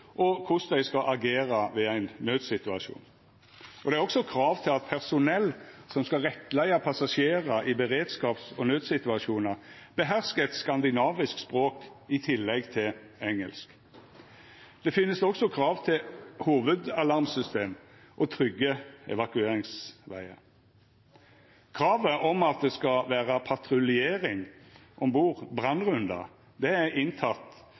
og korleis dei skal agera ved ein naudsituasjon. Det er også krav til at personell som skal rettleia passasjerar i beredskaps- og naudsituasjonar, beherskar eit skandinavisk språk i tillegg til engelsk. Det finst også krav til hovudalarmsystem og trygge evakueringsvegar. Kravet om at det skal vera patruljering om bord, brannrundar, er